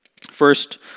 First